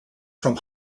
from